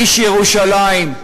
איש ירושלים,